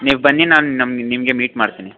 ನೀವು ಬನ್ನಿ ನಾನು ನಮ್ಮ ನಿಮಗೆ ಮೀಟ್ ಮಾಡ್ತೀನಿ